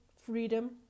freedom